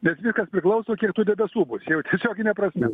bet viskas priklauso kiek tų debesų bus jau tiesiogine prasme